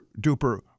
duper